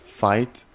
fight